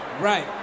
Right